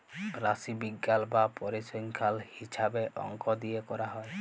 রাশিবিজ্ঞাল বা পরিসংখ্যাল হিছাবে অংক দিয়ে ক্যরা হ্যয়